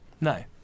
No